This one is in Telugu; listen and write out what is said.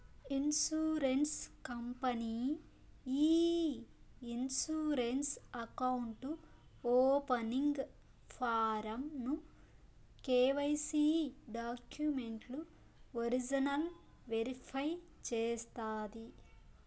ఇన్సూరెన్స్ కంపనీ ఈ ఇన్సూరెన్స్ అకౌంటు ఓపనింగ్ ఫారమ్ ను కెవైసీ డాక్యుమెంట్లు ఒరిజినల్ వెరిఫై చేస్తాది